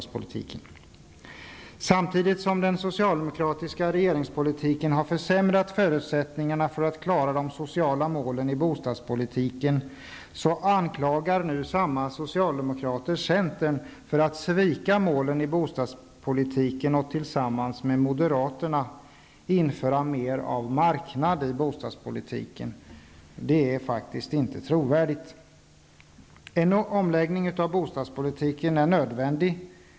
Samtidigt som den socialdemokratiska regeringspolitiken har försämrat förutsättningarna för att klara de sociala målen i bostadspolitiken, anklagar nu samma socialdemokrater centern för att svika målen i bostadspolitiken och tillsammans med moderaterna införa mer av marknad i bostadspolitiken. Det är faktiskt inte trovärdigt. En omläggning av bostadspolitiken är nödvändig.